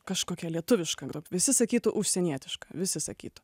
kažkokia lietuviška grupė visi sakytų užsienietišką visi sakytų